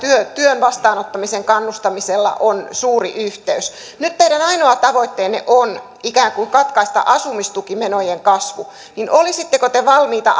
työn vastaanottamisen kannustamisella on suuri yhteys nyt kun teidän ainoa tavoitteenne on ikään kuin katkaista asumistukimenojen kasvu niin olisitteko te valmiita